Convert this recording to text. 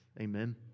Amen